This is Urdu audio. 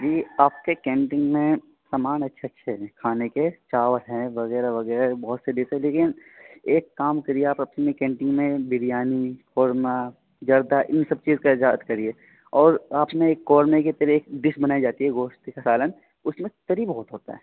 جی آپ کے کینٹین میں سامان اچھے اچھے ہیں کھانے کے چاول ہیں وغیرہ وغیرہ بہت سے ڈش ہیں لیکن ایک کام کریے آپ اپنی کینٹین میں بریانی قورمہ زردہ ان سب چیز کا اجارت کریے اور آپ نے ایک قورمے کے طرح ڈش بنائی جاتی ہے گوشت کا سالن اس میں تری بہت ہوتا ہے